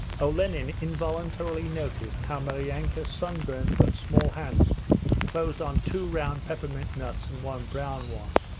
olenin involuntarily noticed how maryanka's sunburnt but small hand closed on two round peppermint nuts and one brown one,